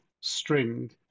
string